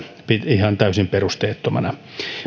ihan täysin perusteettomana